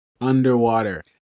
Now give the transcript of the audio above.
underwater